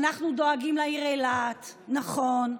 אנחנו דואגים לעיר אילת, נכון,